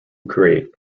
create